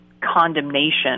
condemnation